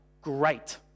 great